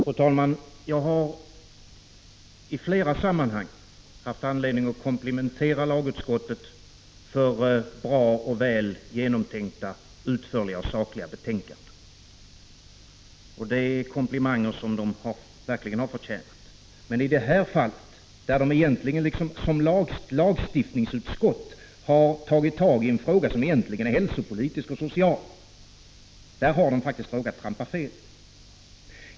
Fru talman! Jag har i flera sammanhang haft anledning att komplimentera lagutskottet för bra och väl genomförda, utförliga och sakliga betänkanden. Det är komplimanger som utskottet verkligen har förtjänat. Men i det här fallet har lagutskottet, som är ett lagstiftningsutskott, tagit tag i en fråga som egentligen är hälsopolitisk och social och råkat trampa fel.